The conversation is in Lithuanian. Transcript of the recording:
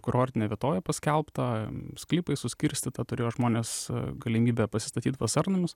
kurortine vietove paskelbta sklypai suskirstyta turėjo žmonės galimybę pasistatyt vasarnamius